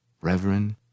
Reverend